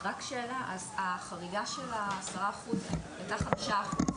רק שאלה: אז החריגה של העשרה אחוז הייתה חמישה אחוז?